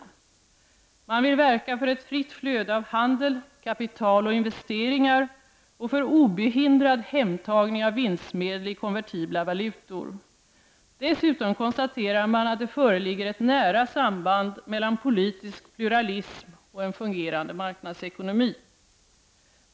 Man vill verka för ett fritt flöde av handel, kapital och investeringar och för obehindrad ”hemtagning” av vinstmedel i konvertibla valutor. Dessutom konstaterar man att det föreligger ett nära samband mellan politisk pluralism och en fungerande marknadsekonomi.